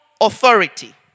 authority